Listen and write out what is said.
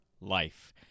life